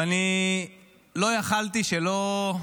ואני לא יכולתי שלא,